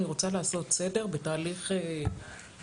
אני רוצה לעשות סדר בתהליך האישור.